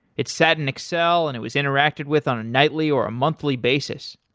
it's sad in excel and it was interacted with on a nightly or a monthly basis.